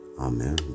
Amen